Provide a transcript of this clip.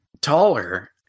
taller